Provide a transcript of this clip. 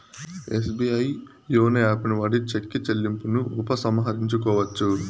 SBI YONO యాపుని వాడి cheque చెల్లింపును ఉపసంహరించుకోవచ్చు